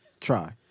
Try